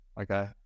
Okay